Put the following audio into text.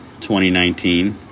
2019